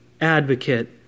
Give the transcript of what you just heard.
advocate